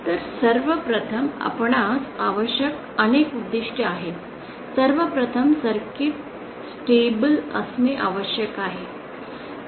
तर सर्वप्रथम आपणास आवश्यक अनेक उद्दीष्टे आहेत सर्व प्रथम सर्किट स्टॅबिल असणे आवश्यक आहे